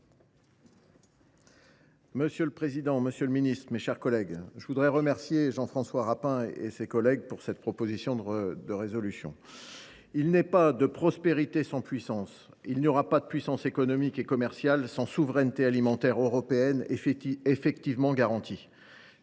Monsieur le président, monsieur le ministre, mes chers collègues, je tiens à remercier Jean François Rapin et ses collègues d’avoir déposé cette proposition de résolution. Il n’est pas de prospérité sans puissance et il n’y aura pas de puissance économique et commerciale sans souveraineté alimentaire européenne effectivement garantie.